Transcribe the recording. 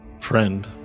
friend